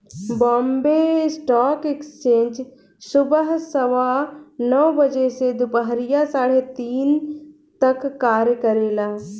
Bombay stock exchange सुबह सवा नौ बजे से दूपहरिया साढ़े तीन तक कार्य करेला